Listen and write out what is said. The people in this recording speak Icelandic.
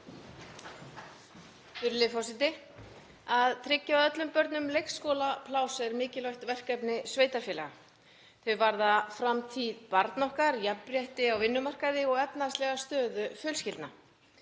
Virðulegi forseti. Að tryggja öllum börnum leikskólapláss er mikilvægt verkefni sveitarfélaga. Þau varða framtíð barna okkar, jafnrétti á vinnumarkaði og efnahagslega stöðu fjölskyldna.